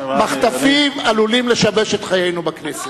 מחטפים עלולים לשבש את חיינו בכנסת.